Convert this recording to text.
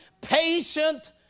patient